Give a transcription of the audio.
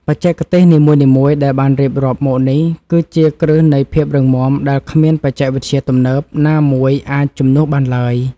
បច្ចេកទេសនីមួយៗដែលបានរៀបរាប់មកនេះគឺជាគ្រឹះនៃភាពរឹងមាំដែលគ្មានបច្ចេកវិទ្យាទំនើបណាមួយអាចជំនួសបានឡើយ។